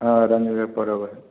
हाँ रंग रे पर्व है